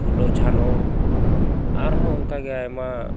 ᱯᱷᱩᱞᱚ ᱡᱷᱟᱱᱚ ᱟᱨᱦᱚᱸ ᱚᱱᱠᱟ ᱜᱮ ᱟᱭᱢᱟ